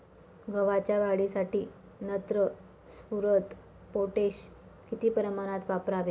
गव्हाच्या वाढीसाठी नत्र, स्फुरद, पोटॅश किती प्रमाणात वापरावे?